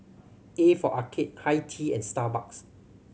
A for Arcade Hi Tea and Starbucks